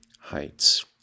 Heights